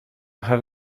have